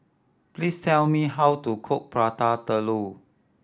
please tell me how to cook Prata Telur